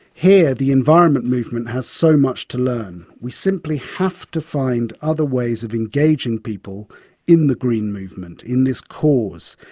here the environment movement has so much to learn. we simply have to find other ways of engaging people in the green movement, in this cause.